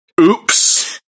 Oops